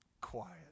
quiet